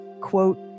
quote